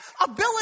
ability